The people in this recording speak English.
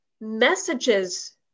messages